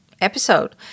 episode